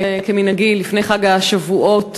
כמנהגי לפני חג השבועות,